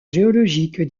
géologique